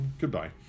goodbye